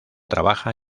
trabaja